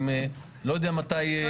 אני לא יודע מתי --- לא.